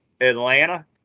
Atlanta